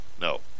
no